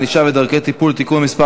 ענישה ודרכי טיפול) (תיקון מס'